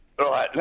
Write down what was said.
Right